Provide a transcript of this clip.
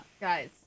Guys